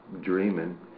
dreaming